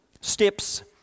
steps